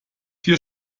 vier